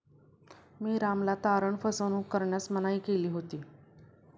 मी रामला तारण फसवणूक करण्यास मनाई केली होती